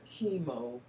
chemo